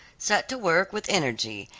set to work with energy,